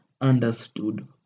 understood